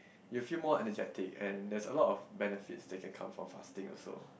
you feel more energetic and there's a lot of benefits that can come from fasting also